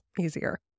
easier